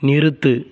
நிறுத்து